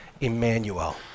Emmanuel